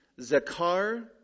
Zakar